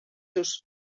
seus